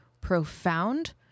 profound